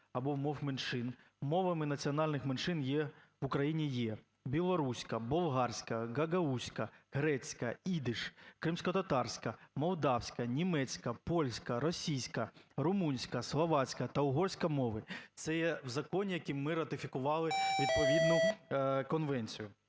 або мов меншин" мовами національних меншин в Україні є: білоруська, болгарська, гагаузька грецька, ідиш, кримськотатарська, молдавська, німецька, польська, російська, румунська, словацька та угорська мови". Це є в законі, яким ми ратифікували відповідну конвенцію,